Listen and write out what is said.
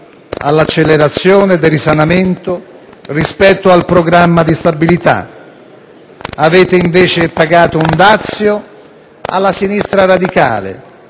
all'accelerazione del risanamento rispetto al programma di stabilità. Avete, invece, pagato un dazio alla sinistra radicale